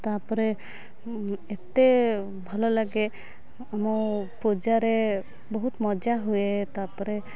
ତା'ପରେ ଏତେ ଭଲ ଲାଗେ ଆମ ପୂଜାରେ ବହୁତ ମଜା ହୁଏ ତା'ପରେ